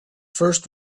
first